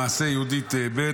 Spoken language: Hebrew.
במעשה יהודית ב'.